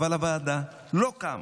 אבל הוועדה לא קמה.